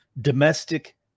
Domestic